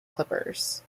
clippers